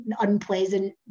unpleasant